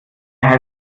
heißt